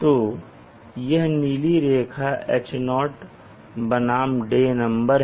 तो यह नीली रेखा H0 बनाम डे नंबर है